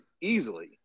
easily